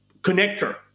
connector